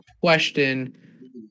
question